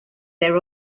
their